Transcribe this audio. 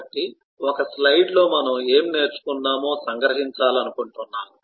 కాబట్టి ఒక స్లైడ్లో మనం ఏమి నేర్చుకున్నామో సంగ్రహించాలనుకుంటున్నాను